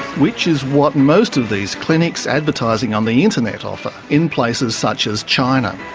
which is what most of these clinics advertising on the internet offer, in places such as china,